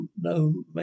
no